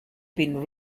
been